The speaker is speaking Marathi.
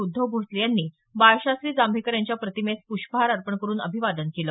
उद्धव भोसले यांनी बाळशास्त्री जांभेकर यांच्या प्रतिमेस पुष्पहार अर्पण करून अभिवादन केलं